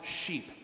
sheep